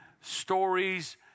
stories